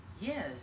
yes